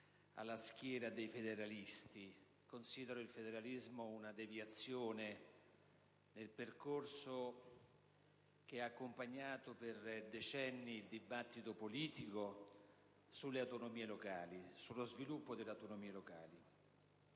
alla schiera dei federalisti. Considero il federalismo una deviazione nel percorso che ha accompagnato per decenni il dibattito politico sullo sviluppo delle autonomie locali.